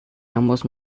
ambos